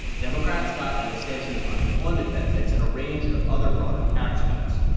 democrats got an extension of unemployment benefits and a range of other broader tax cuts.